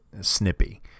snippy